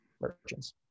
merchants